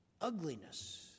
ugliness